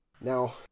Now